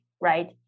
right